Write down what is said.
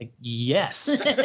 Yes